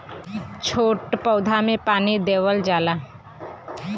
छोट पौधा में पानी देवल जाला